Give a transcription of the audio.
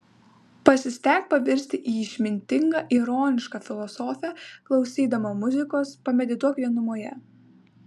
pasistenk pavirsti į išmintingą ironišką filosofę klausydama muzikos pamedituok vienumoje